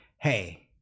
hey